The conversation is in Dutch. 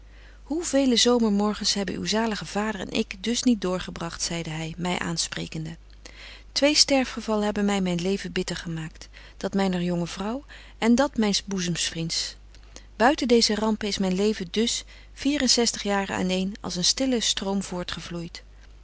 hoe vele zomermorgens hebben uw zalige vader en ik dus niet doorgebragt zeide hy my aansprekende twee sterfgevallen hebben my myn leven bitter gemaakt dat myner jonge vrouw en dat myns boezemvriends buiten deeze rampen is myn leven dus vier en zestig jaren aanëen als een stille stroom